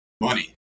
Money